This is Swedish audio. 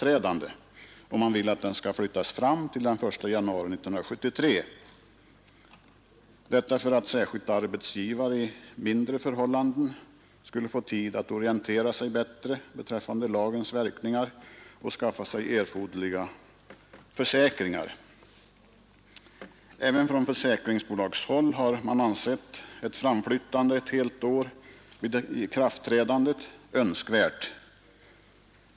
Reservanterna vill att tidpunkten skall flyttas fram till den 1 januari 1973 för att särskilt ägare av mindre företag skulle få tid att orientera sig bättre beträffande lagens verkningar och skaffa sig erforderliga försäkringar. Från försäkringsbolagshåll har man ansett det önskvärt att flytta fram ikraftträdandet ett helt år.